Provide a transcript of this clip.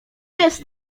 jest